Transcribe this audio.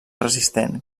resistent